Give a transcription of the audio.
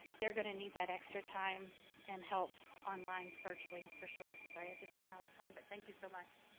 they're gonna need that extra time and help online virtually, for sure. sorry, i just went out of time, but thank you so much.